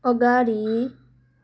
अगाडि